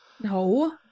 No